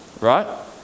right